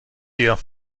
hier